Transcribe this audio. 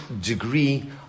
degree